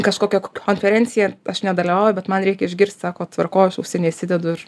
kažkokią konferenciją aš nedalyvauju bet man reikia išgirst sako tvarkoj aš ausinė įsidedu ir